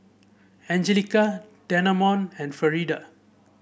Anjelica Dameon and Frieda